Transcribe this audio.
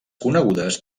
conegudes